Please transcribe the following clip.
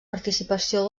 participació